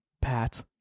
Pat